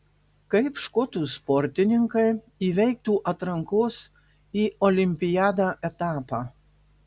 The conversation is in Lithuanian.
kaip škotų sportininkai įveiktų atrankos į olimpiadą etapą